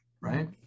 right